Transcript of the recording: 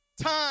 time